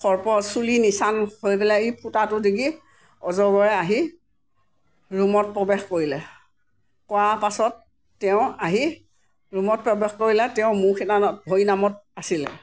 সৰ্প চুলি নিচান হৈ পেলাই সেই ফুটাটো দিগি অজগৰে আহি ৰুমত প্ৰৱেশ কৰিলে কৰাৰ পাছত তেওঁ আহি ৰুমত প্ৰৱেশ কৰিলে তেওঁ মুখ এটা ভৰি নামত আছিলে